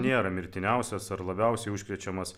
nėra mirtiniausias ar labiausiai užkrečiamas